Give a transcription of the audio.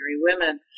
women